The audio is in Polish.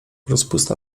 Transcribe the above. rozpusta